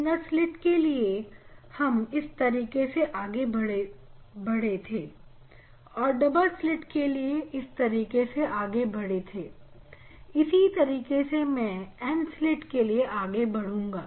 single slit के लिए हम इस तरीके से आगे बढ़े थे और डबल स्लिट के लिए इस तरीके से आगे बढ़े थे इसी तरह मैं N स्लिट के लिए आगे बढूंगा